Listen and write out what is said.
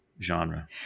genre